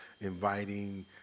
inviting